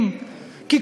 ההורים?